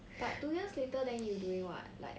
but two years later then you doing what like